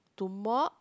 to mop